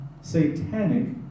satanic